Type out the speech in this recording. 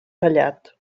tallat